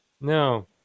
No